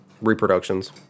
Reproductions